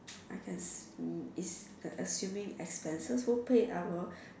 I can hmm it's the assuming expenses were paid I will